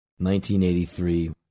1983